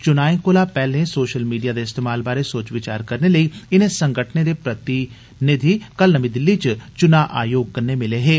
चुनाएं कोला पैहले सोशल मीडिया दे इस्तमाल बारै सोच विचार करने लेई इनें संगठनें दे प्रतिनिधि कल नर्मी दिल्ली च चुना आयोग कन्नै मिले हे